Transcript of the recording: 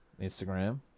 Instagram